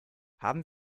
haben